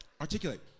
Articulate